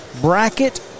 bracket